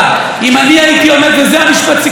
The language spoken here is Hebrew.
וזה משפט הסיכום שלי,